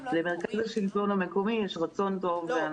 בשלטון המקומי יש רצון טוב.